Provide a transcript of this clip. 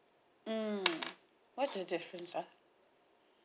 mm what suggestions ah